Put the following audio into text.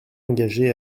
engagé